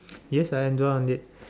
yes I endured on it